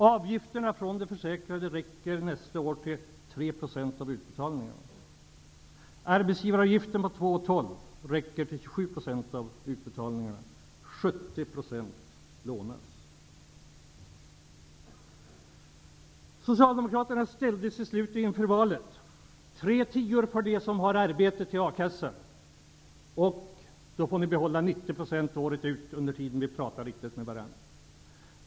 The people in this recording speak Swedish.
Avgifterna från de försäkrade räcker nästa år till 3 % av utbetalningarna, och arbetsgivaravgiften på 2,12 % räcker till 27 %. Socialdemokraterna ställdes till slut inför ett val: Om Socialdemokraterna gick med på tre tior till akassan från dem som har arbete, skulle de få behålla 90 % ersättning året ut, under tiden skulle vi överlägga med varandra om fortsättningen.